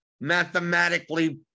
mathematically